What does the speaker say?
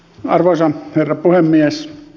arvoisa herra puhemies